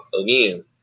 again